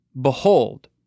Behold